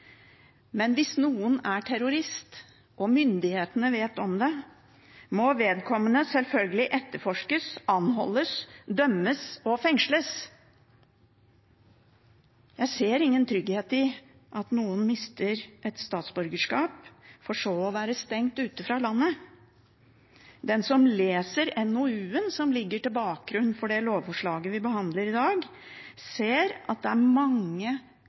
men hvis noen er terrorist og myndighetene vet om det, må vedkommende selvfølgelig etterforskes, anholdes, dømmes og fengsles. Jeg ser ingen trygghet i at noen mister et statsborgerskap for så å være stengt ute fra landet. Den som leser NOU-en som ligger til grunn for det lovforslaget vi behandler i dag, ser at det er mange